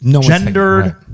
gendered